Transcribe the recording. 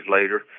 later